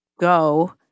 go